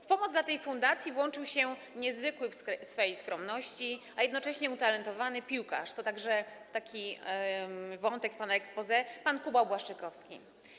W pomoc dla tej fundacji włączył się niezwykły w swej skromności, a jednocześnie utalentowany piłkarz - to także taki wątek z pana exposé - pan Kuba Błaszczykowski.